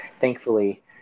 Thankfully